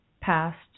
passed